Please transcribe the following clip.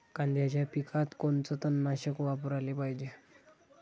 कांद्याच्या पिकात कोनचं तननाशक वापराले पायजे?